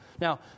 Now